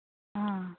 आं